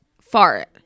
fart